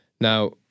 Now